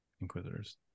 Inquisitors